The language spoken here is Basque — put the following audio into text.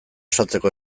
saltzeko